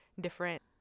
different